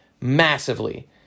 massively